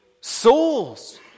souls